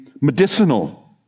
medicinal